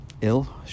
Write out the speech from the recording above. ill